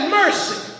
mercy